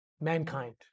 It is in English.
mankind